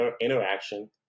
interaction